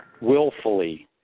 willfully